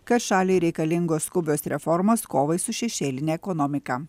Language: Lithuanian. kad šaliai reikalingos skubios reformos kovai su šešėline ekonomika